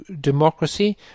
democracy